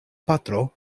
patro